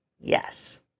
Yes